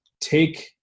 take